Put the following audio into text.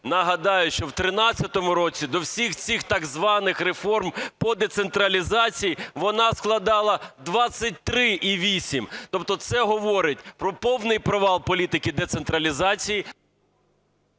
Нагадаю, що в 13-му році до всіх цих так званих реформ по децентралізації вона складала 23,8. Тобто це говорить про повний провал політики децентралізації…